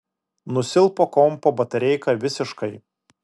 nusilpo kompo batareika visiškai